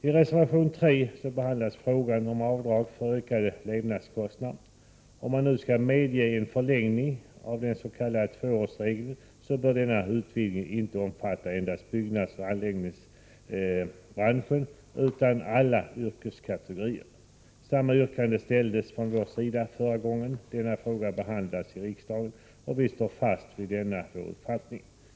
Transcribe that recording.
I reservation 3 behandlas frågan om avdrag för ökade levnadskostnader. Om det nu skall medges en förlängning av den s.k. tvåårsregeln, bör den utvidgningen omfatta inte endast byggnadsoch anläggningsbranschen utan alla yrkeskategorier. Samma yrkande framställdes från vår sida förra gången denna fråga behandlades i riksdagen, och vi står fast vid denna vår uppfattning.